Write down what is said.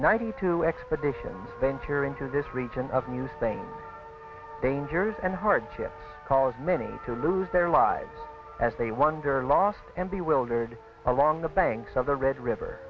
ninety two expedition venturing to this region of new things dangers and hardships caused many to lose their lives as they wonder lost and the wilderness along the banks of the red river